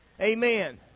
Amen